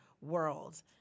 world